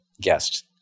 guest